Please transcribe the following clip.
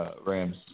Rams